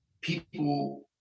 people